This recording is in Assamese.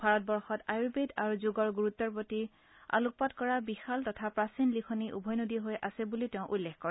ভাৰতবৰ্ষত আয়ুৰ্বেদ আৰু যোগৰ গুৰুত্বে প্ৰতি আলোকপাত কৰা বিশাল তথা প্ৰাচীন লিখনি উভৈনদী হৈ আছে বুলিও তেওঁ উল্লেখ কৰে